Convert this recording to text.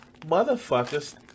motherfuckers